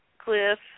Cliff